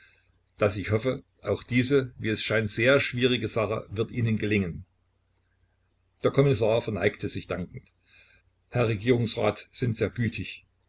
daß ich hoffe auch diese wie es scheint sehr schwierige sache wird ihnen gelingen der kommissar verneigte sich dankend herr regierungsrat sind sehr gütig